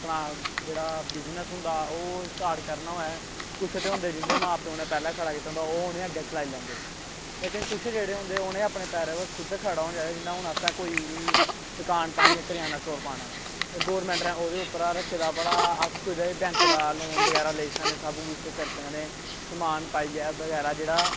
अपना जेह्ड़ा बिज़नेस होंदा ओह् स्टार्ट करना होऐ कुछ ते होंदे जिंदे मां प्यो ने पैह्ले खड़ा कीते दा होंदा ओह् उ'नें अग्गै चलाई लैंदे लेकिन कुछ जेह्ड़े होंदे उ'नें अपने पैरें पर खुद खड़ा होना चाहिदा जियां हून असें कोई दकान पानी किरयाना स्टोर पाना ऐ ते गौरमेंट ने ओह्दे उप्परा रक्खे दा कि भला अस कुदें बैंक दा लोन बगैरा लेई सकनें सब कुछ करी सकनें समान पाइयै बगैरा जेह्ड़ा